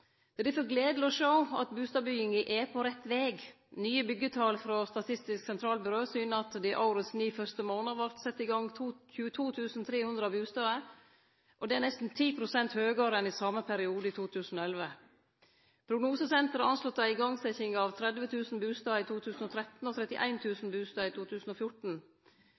Det har difor vore stilt spørsmål om det vert bygd nok bustader her i landet. Det er gledeleg å sjå at bustadbygginga er på rett veg. Nye byggjetal frå Statistisk sentralbyrå syner at det i årets 9 første månader vart sett i gang bygging av 22 300 bustader, og det er nesten 10 pst. fleire enn i same periode i 2011. Prognosesenteret har anslått ei igangsetjing av